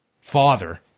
father